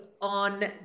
on